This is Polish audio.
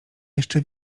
jeszcze